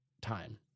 time